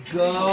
go